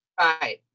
Right